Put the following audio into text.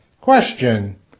Question